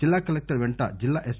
జిల్లా కలెక్లర్ పెంట జిల్లా ఎస్